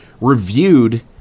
reviewed